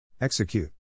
Execute